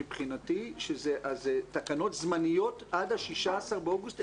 מבחינתי שזה תקנות זמניות עד ה-16 באוגוסט,